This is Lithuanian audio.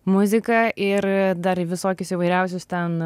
muziką ir dar visokius įvairiausius ten